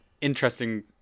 interesting